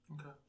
Okay